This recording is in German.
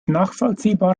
nachvollziehbar